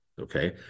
okay